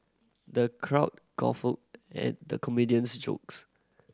the crowd guffawed at the comedian's jokes